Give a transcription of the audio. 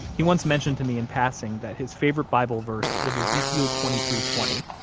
he once mentioned to me in passing that his favorite bible verse was ezekiel twenty three twenty.